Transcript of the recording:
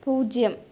പൂജ്യം